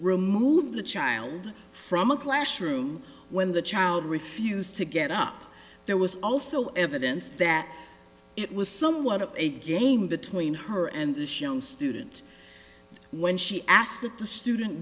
remove the child from a classroom when the child refused to get up there was also evidence that it was somewhat of a game between her and the shown student when she asked that the student